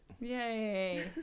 Yay